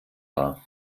war